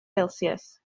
celsius